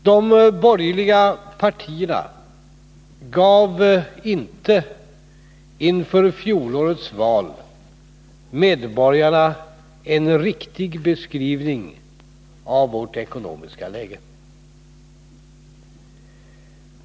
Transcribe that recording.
Herr talman! De borgerliga partierna gav icke inför fjolårets val medborgarna en riktig beskrivning av vårt ekonomiska läge.